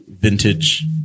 vintage